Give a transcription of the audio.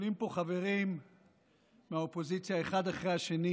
עולים פה חברים מהאופוזיציה אחד אחרי השני